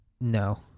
No